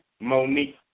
Monique